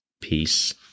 Peace